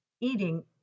eating